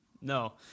no